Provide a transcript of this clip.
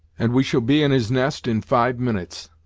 and we shall be in his nest in five minutes,